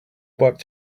back